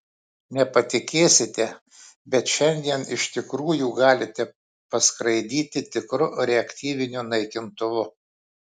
nepatikėsite bet šiandien iš tikrųjų galite paskraidyti tikru reaktyviniu naikintuvu